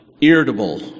irritable